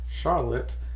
charlotte